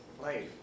life